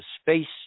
space